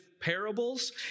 parables